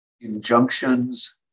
injunctions